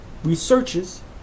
researches